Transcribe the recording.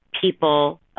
people